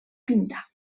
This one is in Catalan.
pintar